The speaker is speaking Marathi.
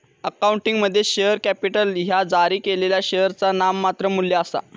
अकाउंटिंगमध्ये, शेअर कॅपिटल ह्या जारी केलेल्या शेअरचा नाममात्र मू्ल्य आसा